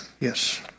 Yes